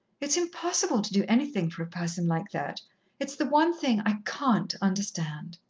it's impossible to do anything for a person like that it's the one thing i can't understand.